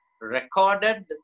recorded